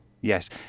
Yes